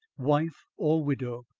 wife or widow.